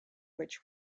which